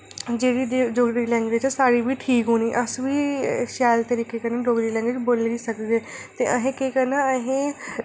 जेह्ड़ी डोगरी लैंग्वेज़ ऐ ओह् साढ़ी बी ठीक होनी अस बी शैल तरीके कन्नै डोगरी लैंग्वेज़ बोली सकगे ते असें केह् करना असें